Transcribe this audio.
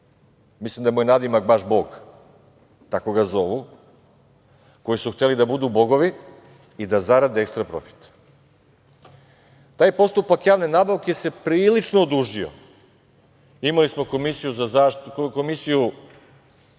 mislim da mu je nadimak baš Bog, tako ga zovu, koji su hteli da budu bogovi i da zarade ekstra profit. Taj postupak javne nabavke se prilično odužio. Imali smo komisiju koja